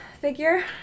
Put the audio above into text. figure